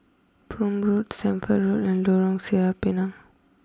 Prome Road Stamford Road and Lorong Sireh Pinang